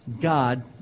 God